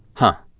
huh.